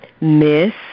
miss